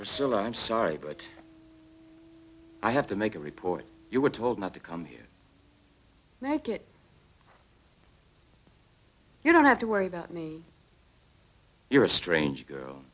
long i'm sorry but i have to make a report you were told not to come here like it you don't have to worry about me you're a strange girl